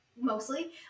mostly